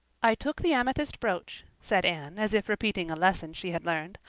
i took the amethyst brooch, said anne, as if repeating a lesson she had learned.